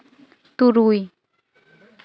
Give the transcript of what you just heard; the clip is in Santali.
ᱛᱩᱨᱩᱭ